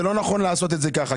זה לא נכון לעשות את זה כך,